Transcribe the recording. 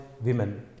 women